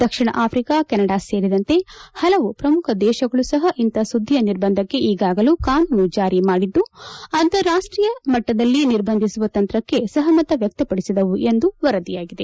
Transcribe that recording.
ದಕ್ಷಿಣ Africa Canada ಸೇರಿದಂತೆ ಹಲವು ಪ್ರಮುಖ ದೇಶಗಳು ಸಹ ಇಂತಪ ಸುದ್ಲಿಯ ನಿರ್ಬಂಧಕ್ಕೆ ಈಗಾಗಲೇ ಕಾನೂನು ಜಾರಿ ಮಾಡಿದ್ಲು ಅಂತಾರಾಷ್ಷೀಯ ಮಟ್ಟದಲ್ಲಿ ನಿರ್ಬಂಧಿಸುವ ತಂತ್ರಕ್ಷೆ ಸಹಮತ ವ್ಯಕ್ನಪಡಿಸಿದವು ಎಂದು ವರದಿಯಾಗಿದೆ